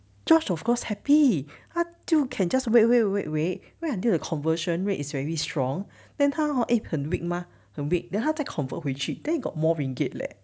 george of course happy 他就 can just wait wait wait wait wait until the conversion rate is very strong then 它 hor eh 很 weak mah 很 weak then 他再 convert 回去 then got more ringgit leh